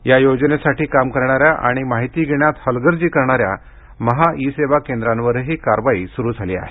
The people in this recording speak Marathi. या योजनेसाठी काम करणाऱ्या आणि माहिती घेण्यात हलगर्जी करणाऱ्या महा ई सेवा केंद्रांवरही कारवाई सुरू झाली आहे